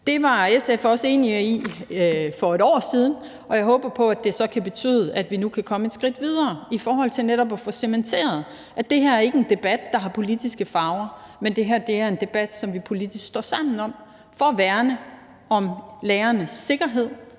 Det var SF også enig i for et år siden, og jeg håber på, at det så kan betyde, at vi nu kan komme et skridt videre i forhold til netop at få cementeret, at det her ikke er en debat, der har politiske farver, men at det her er en debat, som vi politisk står sammen om for at værne om lærernes sikkerhed,